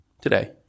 today